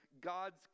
God's